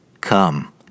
Come